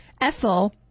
Ethel